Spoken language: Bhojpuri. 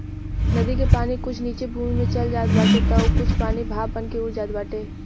नदी के पानी कुछ नीचे भूमि में चल जात बाटे तअ कुछ पानी भाप बनके उड़ जात बाटे